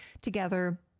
together